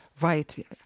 Right